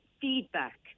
feedback